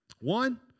One